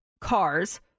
cars